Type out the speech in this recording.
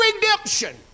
redemption